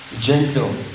gentle